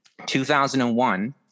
2001